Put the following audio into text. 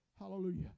Hallelujah